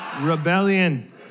Rebellion